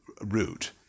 route